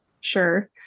sure